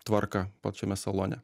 tvarką pačiame salone